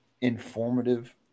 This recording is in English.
informative